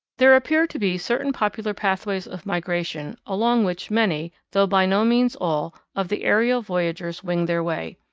there appear to be certain popular pathways of migration along which many, though by no means all, of the aerial voyageurs wing their way.